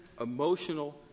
emotional